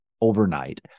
overnight